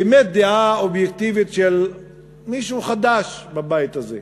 אובייקטיבית של מישהו חדש בבית הזה,